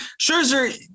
Scherzer